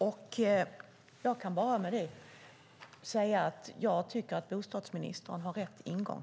Med detta vill jag bara säga att jag tycker att bostadsministern har rätt ingång.